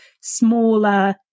smaller